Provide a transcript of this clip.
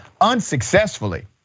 unsuccessfully